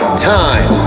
time